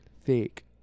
Thick